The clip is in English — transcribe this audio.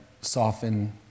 soften